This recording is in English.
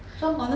so